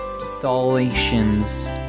installations